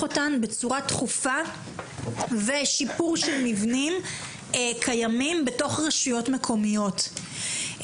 אותן בצורה דחופה ושיפור של מבנים קיימים בתוך רשויות מקומיות.